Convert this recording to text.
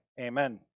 amen